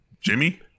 Jimmy